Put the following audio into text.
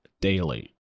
daily